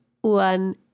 one